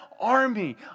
army